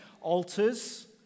Altars